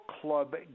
club